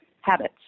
habits